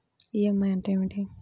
EMI అంటే ఏమిటి?